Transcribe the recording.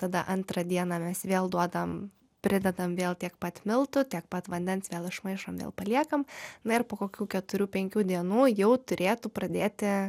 tada antrą dieną mes vėl duodam pridedam vėl tiek pat miltų tiek pat vandens vėl išmaišom vėl paliekam na ir po kokių keturių penkių dienų jau turėtų pradėti